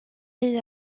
est